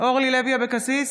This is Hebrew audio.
אורלי לוי אבקסיס,